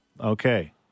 Okay